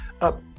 up